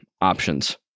options